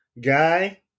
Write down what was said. Guy